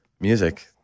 music